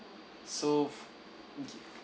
so okay